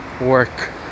work